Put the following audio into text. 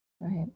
Right